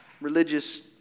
religious